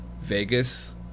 Vegas